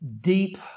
deep